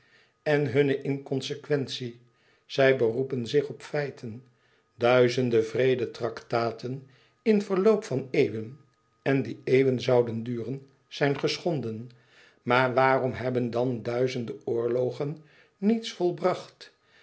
en hunne inconsequentie e ids aargang beroepen zich op feiten duizende vrede traktaten in verloop van eeuwen en die eeuwen zouden duren zijn geschonden maar waarom hebben dan duizende oorlogen niets volbracht